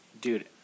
Dude